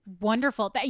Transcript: wonderful